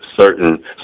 certain